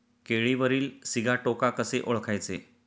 केळीवरील सिगाटोका कसे ओळखायचे?